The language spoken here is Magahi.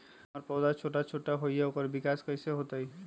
हमर पौधा छोटा छोटा होईया ओकर विकास कईसे होतई?